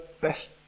best